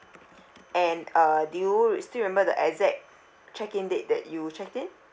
and uh do you still remember the exact check in date that you checked in